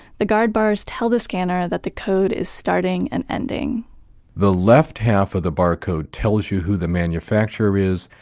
the guard bars tell the scanner that the code is starting and ending the left half of the barcode tells you who the manufacturer is,